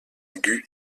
aigu